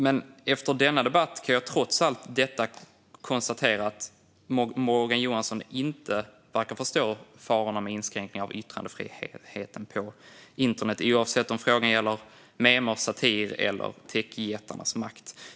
Men efter denna debatt kan jag trots allt detta konstatera att Morgan Johansson inte verkar förstå farorna med inskränkning av yttrandefriheten på internet, oavsett om frågan gäller memer, satir eller techjättarnas makt.